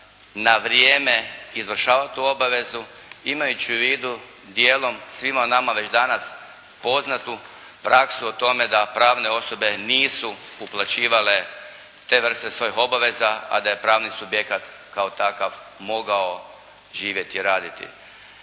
na vrijeme izvršava tu obavezu imaju u vidu dijelom svima nama već danas poznatu praksu o tome da pravne osobe nisu uplaćivale te vrste svojih obaveza, a da je pravni subjekat kao takav mogao živjeti i raditi.